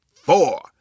four